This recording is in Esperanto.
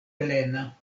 plena